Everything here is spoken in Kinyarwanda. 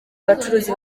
abacuruzi